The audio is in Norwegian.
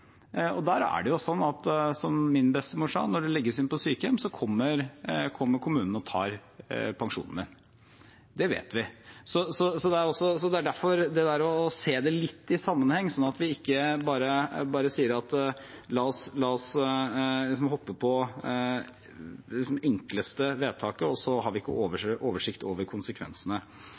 og da er det sånn, som min bestemor sa, at når du legges inn på sykehjem, kommer kommunen og tar pensjonen din. Det vet vi. Det er derfor vi må se det litt i sammenheng og ikke bare si at vi skal hoppe på det enkleste vedtaket, og så har vi ikke oversikt over konsekvensene.